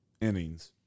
innings